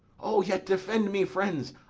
o, yet defend me, friends!